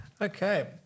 Okay